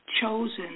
chosen